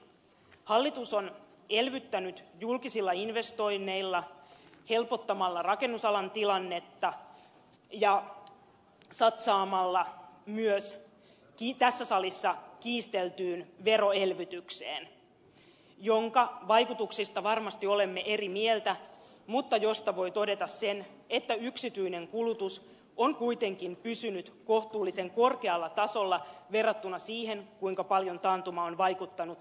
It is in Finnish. hallitus on elvyttänyt julkisilla investoinneilla helpottamalla rakennusalan tilannetta ja satsaamalla myös tässä salissa kiisteltyyn veroelvytykseen jonka vaikutuksista varmasti olemme eri mieltä mutta josta voi todeta sen että yksityinen kulutus on kuitenkin pysynyt kohtuullisen korkealla tasolla verrattuna siihen kuinka paljon taantuma on vaikuttanut vientiteollisuuteemme